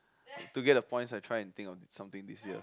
to get the points I try and think of something this year